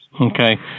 Okay